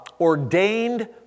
ordained